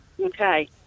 okay